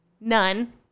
none